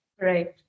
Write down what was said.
Right